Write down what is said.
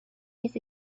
his